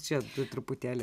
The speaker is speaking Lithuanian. čia truputėlį